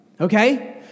Okay